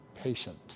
patient